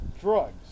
drugs